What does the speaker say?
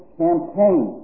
campaign